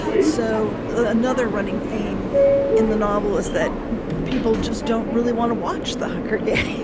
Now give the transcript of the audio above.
so another running theme in the novel is that people just don't really want to watch the hunger games,